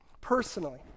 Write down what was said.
Personally